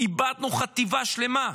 איבדנו חטיבה שלמה.